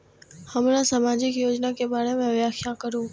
हमरा सामाजिक योजना के बारे में व्याख्या करु?